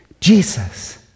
Jesus